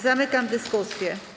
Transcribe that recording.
Zamykam dyskusję.